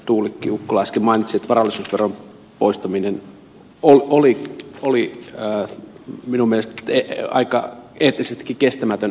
tuulikki ukkola äsken mainitsi että varallisuusveron poistaminen oli minun mielestäni aika eettisestikin kestämätön ratkaisu